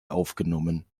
aufgenommen